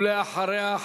ואחריה,